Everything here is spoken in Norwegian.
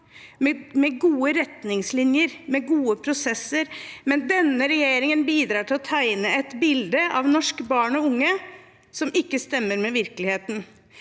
med gode retningslinjer og med gode prosesser, men denne regjeringen bidrar til å tegne et bilde av norske barn og unge som ikke stemmer med virkeligheten.